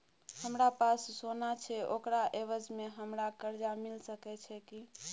हमरा पास सोना छै ओकरा एवज में हमरा कर्जा मिल सके छै की?